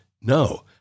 no